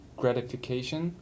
gratification